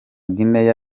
guinea